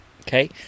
Okay